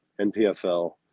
NPFL